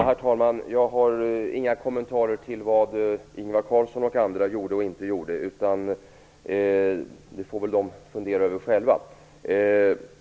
Herr talman! Jag har inga kommentarer till vad Ingvar Carlsson och andra gjorde och inte gjorde. Det får de fundera över själva.